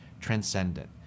transcendent